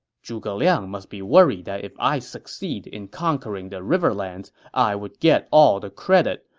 zhuge liang must be worried that if i succeed in conquering the riverlands, i would get all the credit.